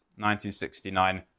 1969